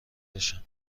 بشم